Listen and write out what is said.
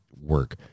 work